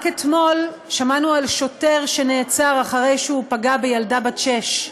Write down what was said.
רק אתמול שמענו על שוטר שנעצר אחרי שהוא פגע בילדה בת שש,